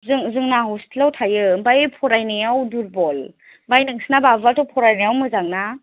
जों जोंना हस्टेलाव थायो आमफ्राय फरायनायाव दुरबल आमफ्राय नोंसिना बाबुआथ' फरायनायाव मोजां ना